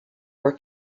were